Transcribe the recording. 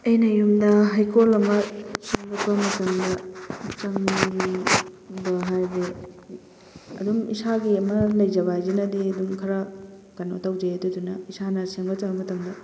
ꯑꯩꯅ ꯌꯨꯝꯗ ꯍꯩꯀꯣꯜ ꯑꯃ ꯁꯦꯝꯒꯠꯄ ꯃꯇꯝꯗ ꯍꯥꯏꯕ ꯑꯗꯨꯝ ꯏꯁꯥꯒꯤ ꯑꯃ ꯂꯩꯖꯕ ꯍꯥꯏꯁꯤꯅꯗꯤ ꯑꯗꯨꯝ ꯈꯔ ꯀꯩꯅꯣ ꯇꯧꯖꯩ ꯑꯗꯨꯗꯨꯅ ꯏꯁꯥꯅ ꯁꯦꯝꯒꯠꯆꯕ ꯃꯇꯝꯗ